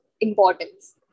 importance